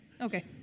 Okay